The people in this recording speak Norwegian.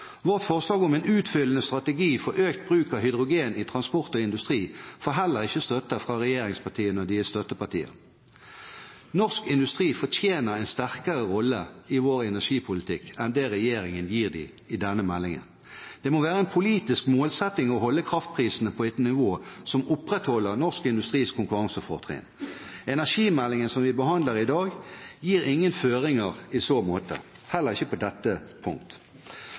Vårt forslag om en utfyllende strategi for økt brukt av hydrogen i transport og industri får heller ikke støtte fra regjerings- og støttepartiene. Norsk industri fortjener en sterkere rolle i vår energipolitikk enn det regjeringen gir den i denne meldingen. Det må være en politisk målsetting å holde kraftprisene på et nivå som opprettholder norsk industris konkurransefortrinn. Energimeldingen som vi behandler i dag, gir ingen føringer i så måte, heller ikke på dette